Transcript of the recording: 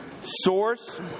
Source